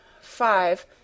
five